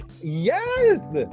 yes